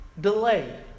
delay